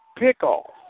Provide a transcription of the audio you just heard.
pickoff